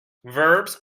verbs